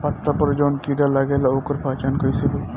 पत्ता पर जौन कीड़ा लागेला ओकर पहचान कैसे होई?